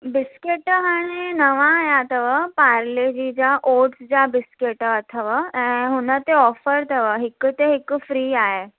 biscuit हाणे नवां आया अथव पारले जी जा ओट्स जा बिस्केट अथव ऐं हुनते ऑफर अथव हिकु ते हिकु फ्री आहे